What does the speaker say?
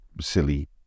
silly